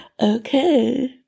Okay